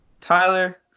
Tyler